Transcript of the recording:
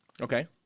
Okay